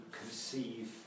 conceive